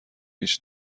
هیچ